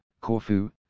Corfu